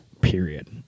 period